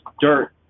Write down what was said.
dirt